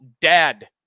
dad